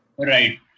Right